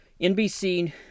NBC